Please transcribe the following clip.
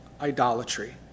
idolatry